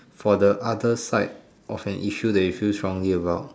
for the other side of an issue that you feel strongly about